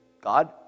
God